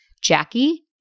Jackie